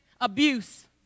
abuse